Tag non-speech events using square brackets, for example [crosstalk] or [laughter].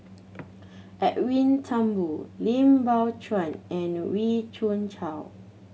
Edwin Thumboo Lim Biow Chuan and Wee Cho [unintelligible]